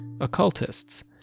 occultists